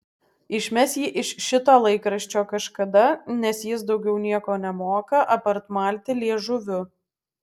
išmes jį iš šito laikraščio kažkada nes jis daugiau nieko nemoka apart malti liežuviu